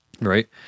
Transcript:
right